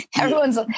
Everyone's